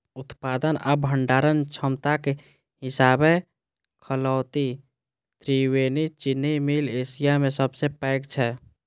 उत्पादन आ भंडारण क्षमताक हिसाबें खतौली त्रिवेणी चीनी मिल एशिया मे सबसं पैघ छै